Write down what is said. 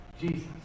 Jesus